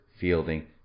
Fielding